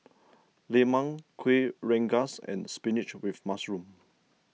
Lemang Kueh Rengas and Spinach with Mushroom